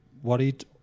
Worried